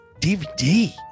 DVD